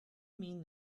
mean